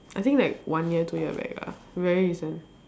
I think like one year two year back ah very recent